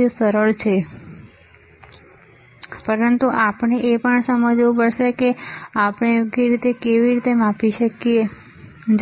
તે સરળ સરળ છે પરંતુ આપણે એ પણ સમજવું પડશે કે આપણે યોગ્ય રીતે કેવી રીતે માપી શકીએ